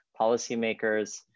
policymakers